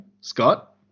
Scott